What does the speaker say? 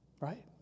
Right